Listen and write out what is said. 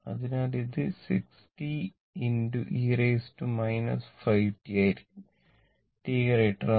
അതിനാൽ ഇത് 60 e 5 t ആയിരിക്കും t 0 ൽ